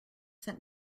sent